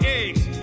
eggs